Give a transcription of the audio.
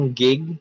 gig